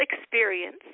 experience